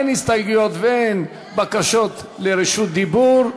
אין הסתייגויות ואין בקשות לרשות דיבור.